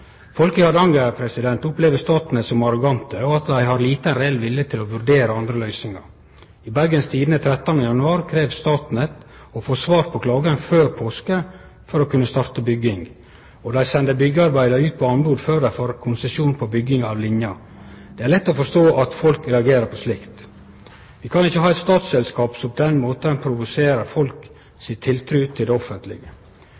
Hardanger opplever Statnett som arrogant, og at dei har liten reell vilje til å vurdere andre løysingar. I Bergens Tidende 13. januar krev Statnett å få svar på klagen før påske for å kunne starte bygging, og dei sender byggjearbeida ut på anbod før dei får konsesjon på bygging av linja. Det er lett å forstå at folk reagerer på slikt. Vi kan ikkje ha eit statsselskap som på den måten provoserer folk